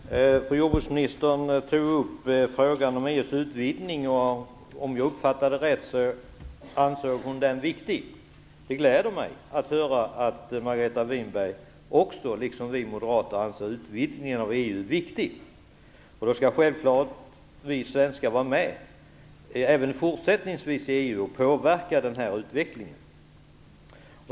Herr talman! Jordbruksministern tog upp frågan om EU:s utvidgning. Om jag uppfattade henne rätt ansåg hon att den var viktig. Det gläder mig att höra att också Margareta Winberg, liksom vi moderater, anser att utvidgningen av EU är viktig. Då skall självfallet vi svenskar även fortsättningsvis vara med i EU och påverka utvecklingen.